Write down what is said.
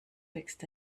wächst